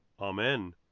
Amen